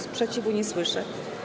Sprzeciwu nie słyszę.